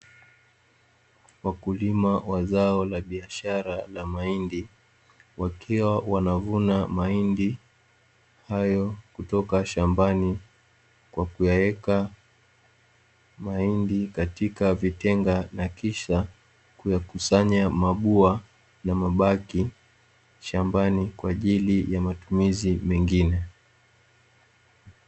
Wakulima wa zao la biashara la mahindi, wakiwa wanavuna mahindi hayo kutoka shambani kwa kuyaweka mahindi katika vitenga, na kisha kuyakusanya mabua na mabaki shambani kwa ajili ya matumizi mengine.